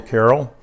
Carol